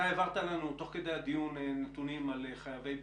אתה העברת לנו תוך כדי הדיון נתונים על חייבי בידוד.